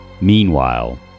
Meanwhile